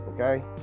Okay